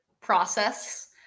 process